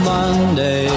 Monday